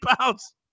pounds